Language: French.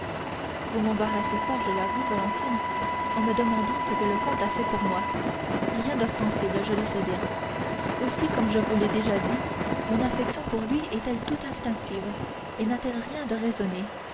vous m'embarrassez fort je l'avoue valentine en me demandant ce que le comte a fait pour moi rien d'ostensible je le sais bien aussi comme je vous l'ai déjà dit mon affection pour lui est-elle tout instinctive et n'a-t-elle rien de raisonné